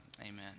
Amen